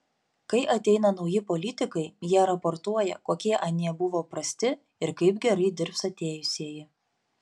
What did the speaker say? kai ateina nauji politikai jie raportuoja kokie anie buvo prasti ir kaip gerai dirbs atėjusieji